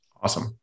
Awesome